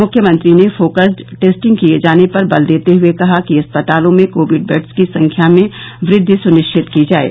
मुख्यमंत्री ने focused testing किये जाने पर बल देते हुए कहा कि अस्पतालों में कोविड बेड्स की संख्या में वृद्धि सुनिश्चित की जाये